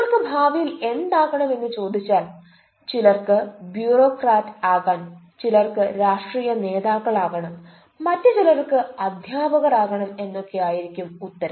നിങ്ങൾക്ക് ഭാവിയിൽ എന്താകണം എന്ന് ചോദിച്ചാൽ ചിലർക്ക് ബ്യൂറോക്രാറ്റ് ആകാൻ ചിലർക്ക് രാഷ്ട്രീയ നേതാക്കൾ ആകണം മറ്റ് ചിലർക്ക് അധ്യാപകർ ആകണം എന്നൊക്കെ ആയിരിക്കും ഉത്തരം